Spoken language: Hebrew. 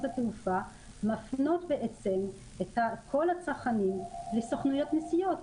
התעופה מפנות את כל הצרכנים לסוכנויות הנסיעות.